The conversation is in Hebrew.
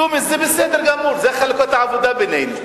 ג'ומס, זה בסדר גמור, זאת חלוקת העבודה בינינו.